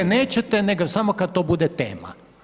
E nećete nego samo kada to bude tema.